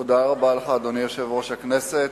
אדוני יושב ראש הכנסת,